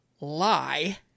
lie